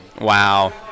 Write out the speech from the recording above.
Wow